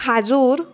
खाजूर